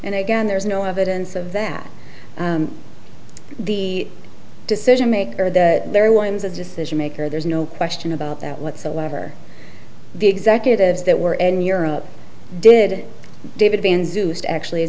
and again there's no evidence of that the decision maker that there was a decision maker there's no question about that whatsoever the executives that were en europe did david been soused actually